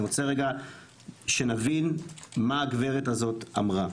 אני רוצה רגע שנבין מה הגברת הזאת אמרה,